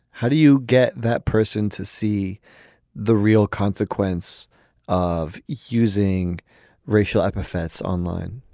how do you get that person to see the real consequence of using racial epithets online.